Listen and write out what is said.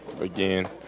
again